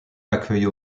accueille